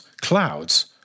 clouds